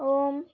ওম